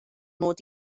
mod